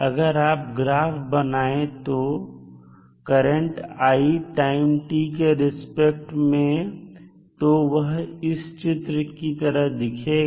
अगर आप ग्राफ बनाएं करंट i को टाइम t के रिस्पेक्ट में तो वह इस चित्र की तरह दिखेगा